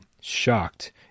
shocked